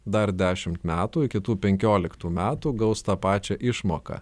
dar dešimt metų kitų penkioliktų metų gaus tą pačią išmoką